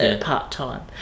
part-time